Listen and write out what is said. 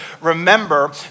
remember